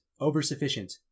oversufficient